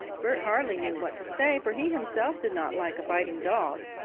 bert hardly knew what to say, for he himself did not like a biting dog.